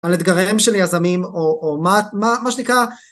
על אתגריהם של יזמים או מה שנקרא